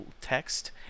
text